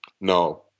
No